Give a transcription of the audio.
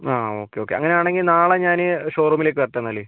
ആ okay okay അങ്ങനെ ആണെങ്കിൽ നാളെ ഞാൻ ഷോറൂമിലേക്ക് വരട്ടെ എന്നാൽ